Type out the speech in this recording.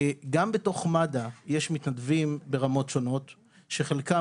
גם בתוך מד"א יש מתנדבים ברמות שונות שחלקם